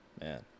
Man